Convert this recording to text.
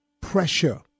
Pressure